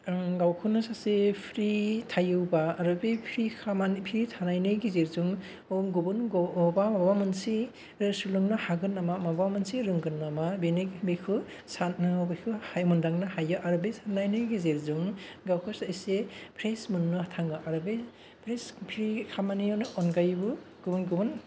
आं गावखौनो सासे फ्रि थायोबा आरो बे फ्रि खामानि थानायनि गेजेरजों गुबुन अबां माबा मोनसे रा सोलोंनो हागोन नामा माबा मोनसे रोंगोन नामा बेनो बेखौ साननो बेखौहाय मोनदांनो हायो आरो बे साननायनि गेजेरजों गावखौ एसे फ्रेस मोननो थाङो आरो फ्रि खामानियावनो अनगायैबो गुबुन गुबुन